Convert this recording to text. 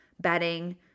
bedding